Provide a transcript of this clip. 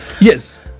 yes